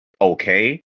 okay